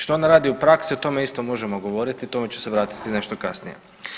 Što ona radi u praksi o tome isto možemo govoriti, tome ću se vratiti nešto kasnije.